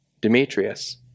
Demetrius